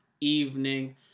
evening